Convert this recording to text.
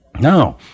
Now